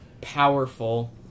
powerful